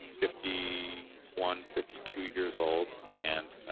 fifty one, fifty two years old and